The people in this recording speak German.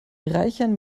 reichern